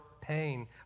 pain